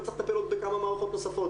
וצריך לטפל בעוד כמה מערכות נוספות,